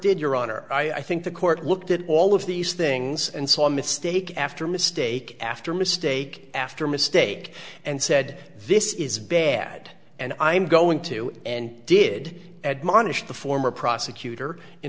did your honor i think the court looked at all of these things and saw a mistake after mistake after mistake after mistake and said this is bad and i'm going to and did admonish the former prosecutor